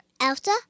Elsa